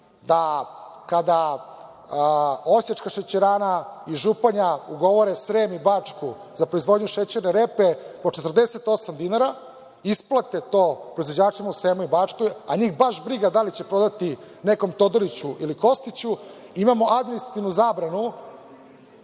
da kada Osečka šećerana i Županja ugovore Srem i Bačku za proizvodnju šećerne repe po 48 dinara, isplate to proizvođačima u Sremu i Bačkoj, a njih baš briga da li će prodati nekom Todoriću ili Kostiću, imamo administrativnu zabranu,